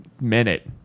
minute